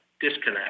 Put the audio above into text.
disconnect